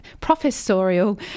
professorial